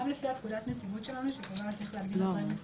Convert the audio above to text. גם לפי פקודת הנציבות שלנו שקובעת איך להגדיר אסירים ביטחוניים.